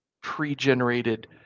pre-generated